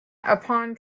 upon